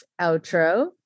outro